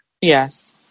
Yes